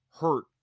hurt